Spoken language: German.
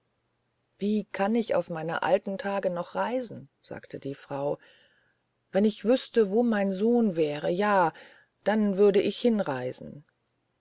wie kann ich auf meine alten tage noch reisen sagte die frau wenn ich wüßte wo mein sohn wäre ja dann würde ich hinreisen